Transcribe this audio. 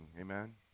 Amen